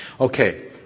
Okay